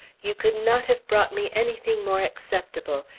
you could not have brought me anything more acceptable!